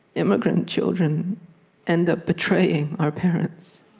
immigrant children end up betraying our parents